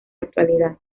actualidad